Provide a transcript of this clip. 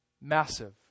Massive